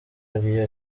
ariyo